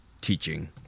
teaching